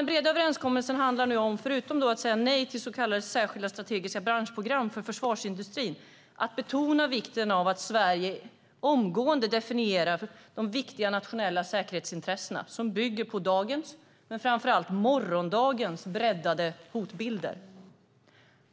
Den breda överenskommelsen handlar, förutom om att säga nej till så kallade särskilda strategiska branschprogram för försvarsindustrin, om att betona vikten av att Sverige omgående definierar de viktiga nationella säkerhetsintressen som bygger på dagens men framför allt morgondagens breddade hotbilder.